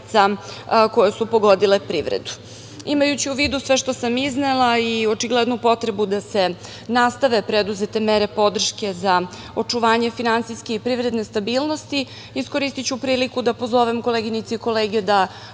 koje su pogodile privredu. Imajući u vidu sve što sam iznela, ali i očiglednu potrebu da se nastave preduzete mere podrške za očuvanje finansijske i privredne stabilnosti iskoristiću priliku da pozovem koleginice i kolege da